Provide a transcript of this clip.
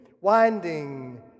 winding